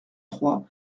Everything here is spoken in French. trois